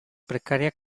precaria